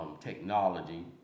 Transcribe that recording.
technology